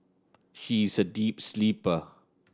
she is a deep sleeper